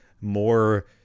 more